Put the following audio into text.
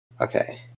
Okay